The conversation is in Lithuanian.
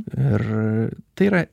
ir tai yra